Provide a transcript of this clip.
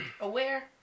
aware